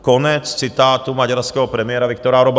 Konec citátu maďarského premiéra Viktora Orbána.